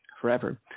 forever